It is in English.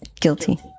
guilty